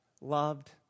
loved